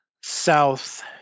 south